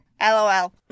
LOL